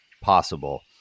possible